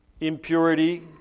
impurity